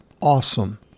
awesome